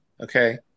Okay